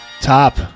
Top